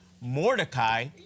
Mordecai